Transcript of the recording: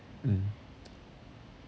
mm